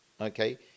okay